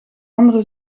andere